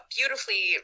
Beautifully